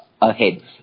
ahead